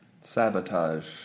Sabotage